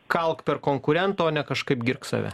kalk per konkurentą o ne kažkaip girk save